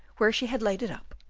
where she had laid it up,